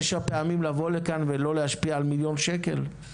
תשע פעמים לבוא לכאן ולא להשפיע על מיליון שקל?